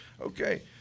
Okay